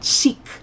seek